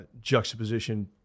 juxtaposition